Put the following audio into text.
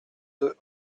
deux